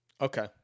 Okay